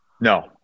no